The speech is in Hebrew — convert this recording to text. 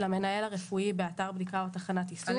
המנהל הרפואי באתר בדיקה או תחנת איסוף.